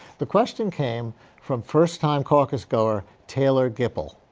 the question came from first-time caucus goer taylor gipple.